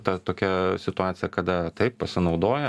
ta tokia situacija kada taip pasinaudoja